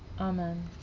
Amen